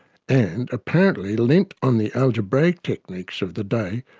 and apparently lent on the algebraic techniques of the day,